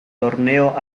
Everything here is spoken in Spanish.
torneo